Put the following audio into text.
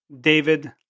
David